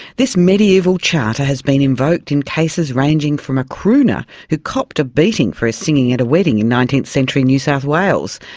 this mediaeval charter has been invoked in cases ranging from a crooner who copped a beating for singing at a wedding in nineteenth century new south wales,